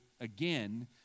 again